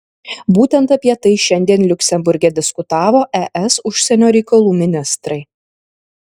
būtent apie tai šiandien liuksemburge diskutavo es užsienio reikalų ministrai